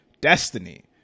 destiny